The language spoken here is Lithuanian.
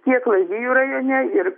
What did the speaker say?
tiek lazdijų rajone ir